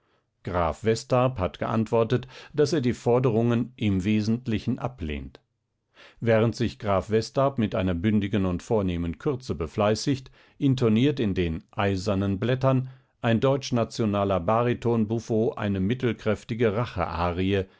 graf westarp hat geantwortet daß er die forderungen im wesentlichen ablehnt während sich graf westarp einer bündigen und vornehmen kürze befleißigt intoniert in den eisernen blättern ein deutschnationaler bariton-buffo eine mittelkräftige